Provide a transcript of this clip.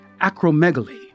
acromegaly